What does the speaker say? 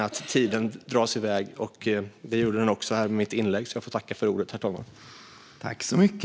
Då finns det problem med att tiden drar iväg.